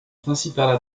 principal